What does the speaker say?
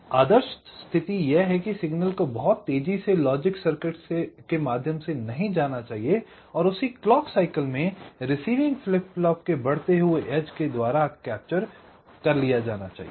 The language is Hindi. तो आदर्श स्तिथि यह है कि सिग्नल को बहुत तेजी से लॉजिक सर्किट के माध्यम से नहीं जाना चाहिए और उसी क्लॉक साइकिल में रिसीविंग फ्लिप फ्लॉप के बढ़ते हुए एज के द्वारा पकड़ लिया जाना चाहिए